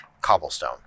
cobblestone